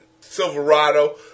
Silverado